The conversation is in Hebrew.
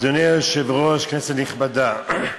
אדוני היושב-ראש, כנסת נכבדה,